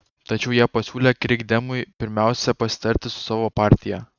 tačiau jie pasiūlė krikdemui pirmiausia pasitarti su savo partija